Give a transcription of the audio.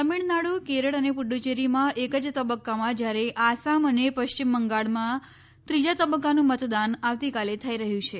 તમિલનાડુ કેરળ અને પુંડીચેરીમાં એક જ તબક્કામાં જ્યારે આસામ અને પશ્ચિમ બંગાળમાં ત્રીજા તબક્કાનું મતદાન આવતીકાલે થઈ રહ્યું છે